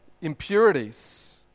impurities